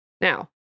Now